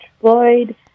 Floyd